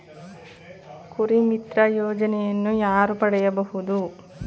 ಕುರಿಮಿತ್ರ ಯೋಜನೆಯನ್ನು ಯಾರು ಪಡೆಯಬಹುದು?